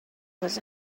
was